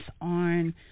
on